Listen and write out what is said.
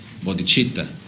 Bodhicitta